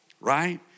right